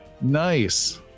Nice